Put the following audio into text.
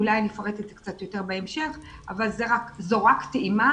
אולי אפרט את זה קצת יותר בהמשך אבל זו רק טעימה.